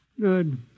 Good